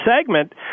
segment